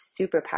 superpower